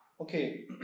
Okay